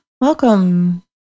Welcome